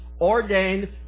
ordained